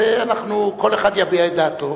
כל אחד יביע את דעתו,